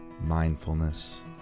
mindfulness